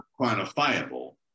quantifiable